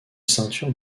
ceinture